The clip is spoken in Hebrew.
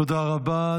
תודה רבה.